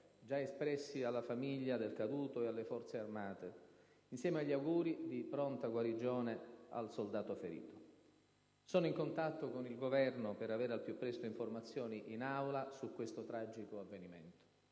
già espressi alla famiglia del caduto e alle Forze armate, insieme agli auguri di pronta guarigione al soldato ferito. Sono in contatto con il Governo per avere al più presto informazioni in Aula su questo tragico avvenimento.